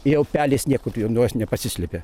jau pelės niekaip jau nuo jos nepasislepia